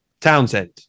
townsend